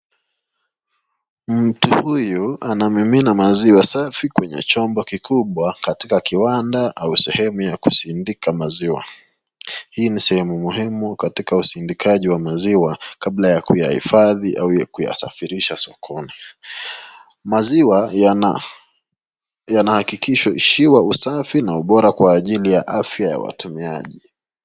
Mtu huyu anamimina maziwa safi kwenye chumba kikubwa katika kiwanda au sehemu ya kusindika maziwa. Hii ni sehemu muhimu katika usindikaji wa maziwa kabla ya kuyahifadhi au kuyasafirisha sokoni, maziwa yanahakikishiwa usafi na ubora kwa ajili ya afya ya watumiaji.